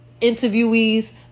interviewees